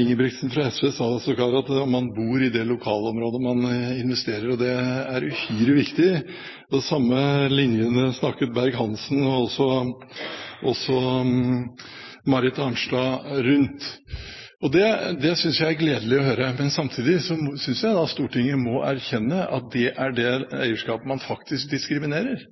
Ingebrigtsen fra SV sa sågar at man bor i det lokalområdet man investerer i, og det er uhyre viktig. De samme linjene snakket Berg-Hansen og også Marit Arnstad rundt. Det synes jeg er gledelig å høre, men samtidig synes jeg Stortinget må erkjenne at det er det eierskapet man faktisk diskriminerer,